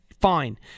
fine